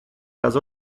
las